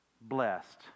blessed